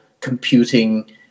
computing